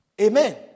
Amen